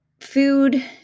food